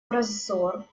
разор